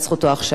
בבקשה,